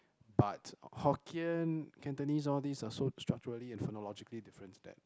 but Hokkien Cantonese all these are so structurally and phonologically different that